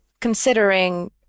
considering